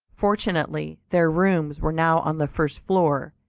fortunately their rooms were now on the first floor,